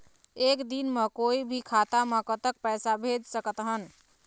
एक दिन म कोई भी खाता मा कतक पैसा भेज सकत हन?